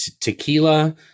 tequila